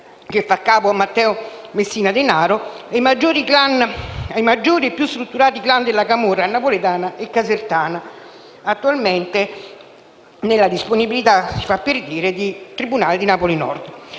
che fa capo a Matteo Messina Denaro e ai maggiori e più strutturati *clan* della camorra napoletana e casertana, attualmente nella disponibilità - si fa per dire - dei tribunali di Napoli Nord.